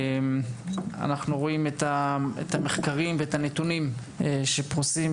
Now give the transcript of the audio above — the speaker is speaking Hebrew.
אנחנו רואים את המחקרים ואת הנתונים שפרוסים,